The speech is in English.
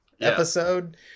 episode